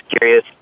curious